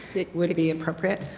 would be appropriate.